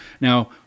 now